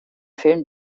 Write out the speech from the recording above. film